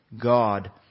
God